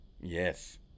Yes